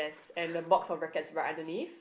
and a box of rackets right underneath